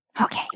okay